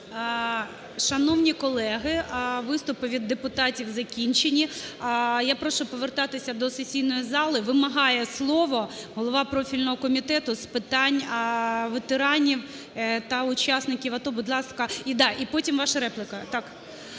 Шановні колеги, виступити від депутатів закінчені. Я прошу повертатися до сесійної зали. Вимагає слово голова профільного комітету з питань ветеранів та учасників АТО. Будь ласка… І да. І потім ваша репліка,